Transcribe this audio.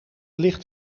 ligt